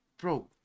Bro